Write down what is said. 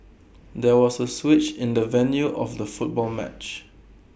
there was A switch in the venue of the football match